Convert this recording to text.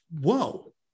Whoa